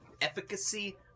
efficacy